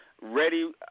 Ready